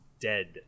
dead